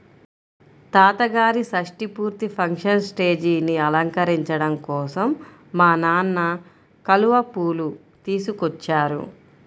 తాతగారి షష్టి పూర్తి ఫంక్షన్ స్టేజీని అలంకరించడం కోసం మా నాన్న కలువ పూలు తీసుకొచ్చారు